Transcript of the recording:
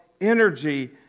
energy